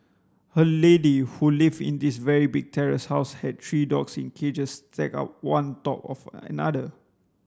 a lady who lived in this very big terrace house had three dogs in cages stacked on top of another